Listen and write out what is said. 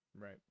right